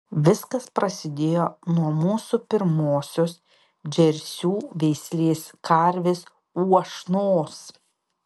viskas prasidėjo nuo mūsų pirmosios džersių veislės karvės uošnos